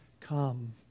Come